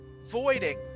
voiding